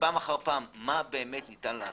פעם אחר פעם מה באמת ניתן לעשות.